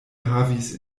havis